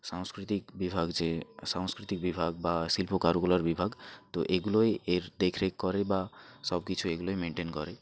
সাংস্কৃতিক বিভাগ যে সাংস্কৃতিক বিভাগ বা শিল্প কারুকলার বিভাগ তো এগুলোই এর দেখরেখ করে বা সব কিছুই এগুলোই মেনটেন করে